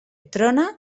trona